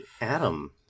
Adam